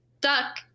duck